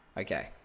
Okay